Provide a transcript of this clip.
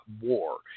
war